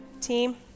team